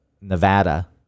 Nevada